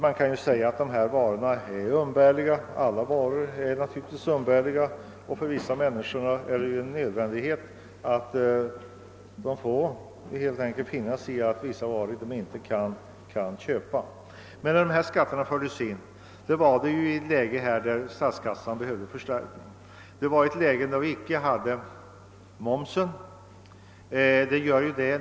Man kan ju säga att dessa varor är umbärliga. Alla varor är naturligtvis umbärliga,, och många människor måste helt enkelt finna sig i att vara utan dem, eftersom man inte har råd att köpa dem. Skatterna infördes i ett läge när statskassan behövde förstärkningar långt innan vi fick momsen.